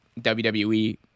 WWE